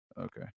okay